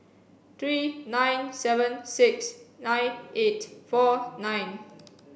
three nine seven six nine eight four nine